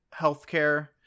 healthcare